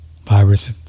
virus